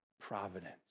providence